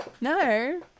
No